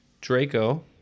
Draco